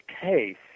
case